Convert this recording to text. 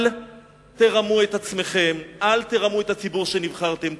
אל תרמו את עצמכם, אל תרמו את הציבור שבחר בכם.